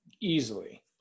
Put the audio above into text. Easily